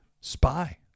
spy